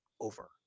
over